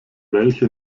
welche